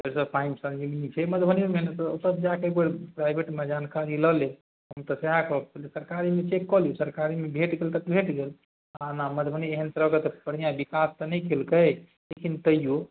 सरिसव पाहीमे सन्जीवनी छै मधुबनीमे ओतऽ जाके एकबेर प्राइवेटमे जानकारी लऽ लेब हम तऽ सएह कहब पहिले सरकारीमे चेक कऽ लिऔ सरकारीमे भेटि गेल तऽ भेटि गेल आओर ने मधुबनी एहन तरहके तऽ बढ़िआँ विकास तऽ नहि केलकै लेकिन तैओ